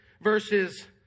verses